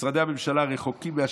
משרדי הממשלה רחוקים מהשטח,